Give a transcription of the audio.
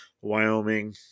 Wyoming